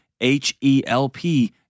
H-E-L-P